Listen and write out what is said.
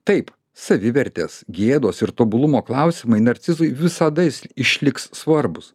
taip savivertės gėdos ir tobulumo klausimai narcizui visada is išliks svarbūs